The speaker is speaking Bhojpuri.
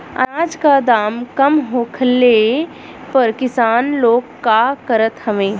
अनाज क दाम कम होखले पर किसान लोग का करत हवे?